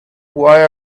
why